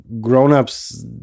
grownups